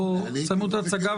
תסיימו את ההצגה,